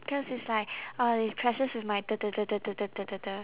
because it's like uh it clashes with my